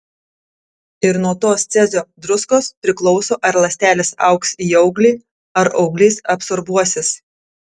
ir nuo tos cezio druskos priklauso ar ląstelės augs į auglį ar auglys absorbuosis